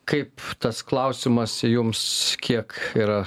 kaip tas klausimas jums kiek yra